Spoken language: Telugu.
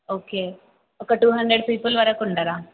ఓకే ఒక టూ హండ్రెడ్ పీపుల్ వరకు ఉంటరా